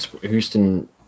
Houston